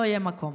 לא יהיה מקום.